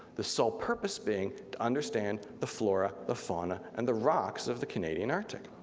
the sole purpose being to understand the flora, the fauna, and the rocks of the canadian arctic.